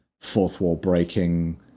fourth-wall-breaking